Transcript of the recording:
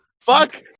fuck